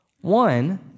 One